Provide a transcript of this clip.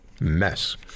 mess